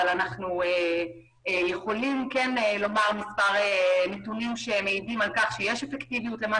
אבל אנחנו יכולים לומר מספר נתונים שמעידים על כך שיש אפקטיביות למה